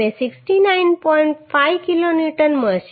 5 kilo newton મળશે